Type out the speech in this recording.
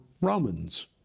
Romans